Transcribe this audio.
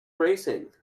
racing